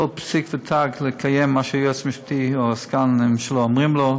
כל פסיק ותג לקיים מה שהיועץ המשפטי או הסגן שלו אומרים לו,